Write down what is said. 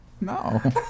No